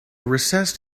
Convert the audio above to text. recessed